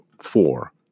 four